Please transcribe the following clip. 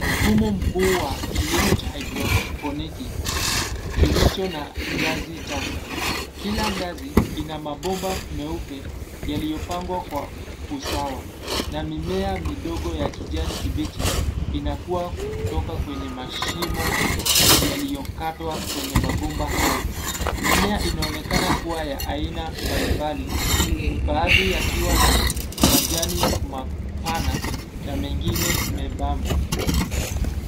Mfumo mkuu wa kilimo cha haidroponiki, kilicho na ngazi tatu. Kila ngazi, ina mabomba meupe, yaliyopangwa kwa usawa, na mimea midogo ya kijani kibichi, inakuwa kutoka kwenye mashimo yaliyokatwa kwenye mabomba hayo. Mimea inaonekana kuwa ya aina mbalimbali, baadhi yakiwa na majani mapana na mengine membamba.